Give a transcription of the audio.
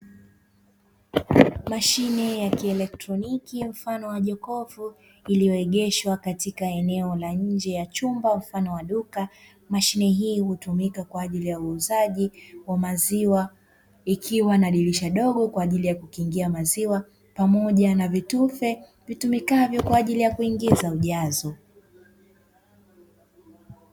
Mashine ya kielektroniki mfano wa jokofu lililoegeshwa katika eneo la nje ya chumba mfano wa duka. Mashine hii hutumika kwa ajili ya uuzaji wa maziwa, likiwa na dirisha dogo kwa ajili ya kukingia maziwa pamoja na vitufe vitumikavyo kwa ajli ya kuingiza ujazo.